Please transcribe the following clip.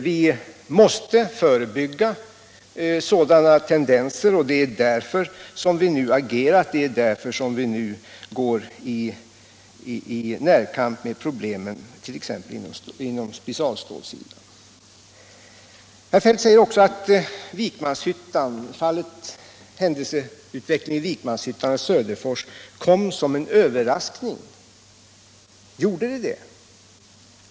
Vi måste förebygga sådana här tendenser, och det är därför som vi nu agerat och går i närkamp med problemen t.ex. på specialstålsidan. Herr Feldt säger också att händelseutvecklingen i Vikmanshyttan och Söderfors kom som en överraskning. Gjorde den det?